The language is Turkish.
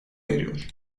eriyor